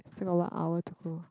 still got one hour to go